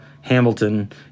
Hamilton